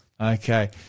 Okay